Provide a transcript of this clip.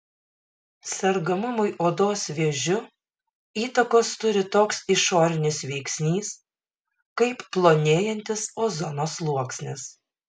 sergamumui odos vėžiu įtakos turi toks išorinis veiksnys kaip plonėjantis ozono sluoksnis